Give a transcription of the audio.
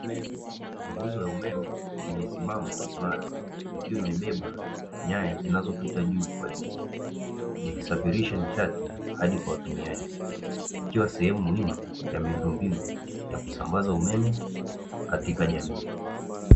Nguzo ya umeme imesimama imara, ikiwa imebeba nyaya zinazopita juu kwa juu, zikisafirisha nishati hadi kwa watumiaji. Ikiwa sehemu muhimu ya miundombinu ya kusambaza umeme katika jamii.